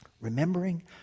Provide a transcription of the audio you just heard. Remembering